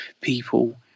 people